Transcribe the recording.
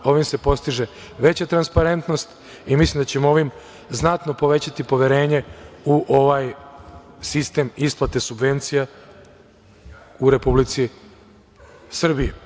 Ovim se postiže veća transparentnost i mislim da ćemo ovim znatno povećati poverenje u ovaj sistem ispate subvencija u Republici Srbiji.